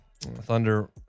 Thunder